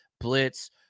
blitz